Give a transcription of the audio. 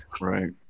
Right